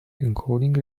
encoding